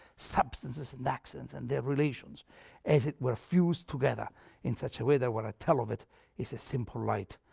substances and accidents and their relations as it were fused together in such a way that what i tell of it is a simple light.